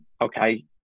okay